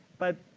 but,